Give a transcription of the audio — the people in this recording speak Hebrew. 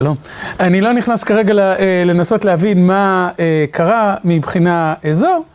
לא, אני לא נכנס כרגע לנסות להבין מה קרה מבחינה איזור.